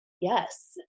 yes